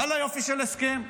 ואללה, יופי של הסכם,